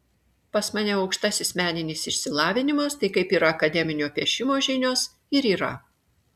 pas mane aukštasis meninis išsilavinimas tai kaip ir akademinio piešimo žinios ir yra